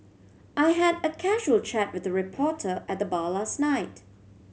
I had a casual chat with a reporter at the bar last night